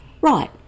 Right